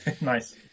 Nice